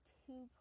two